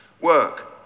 work